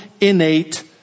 innate